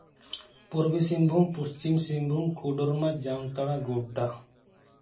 Purba Singhbhum Paschimi Singhbhum Koderma Jamtara Godda